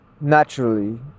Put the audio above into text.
naturally